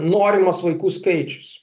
norimas vaikų skaičius